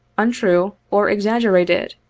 untrue or exaggerated,